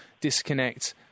disconnect